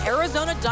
Arizona